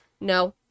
No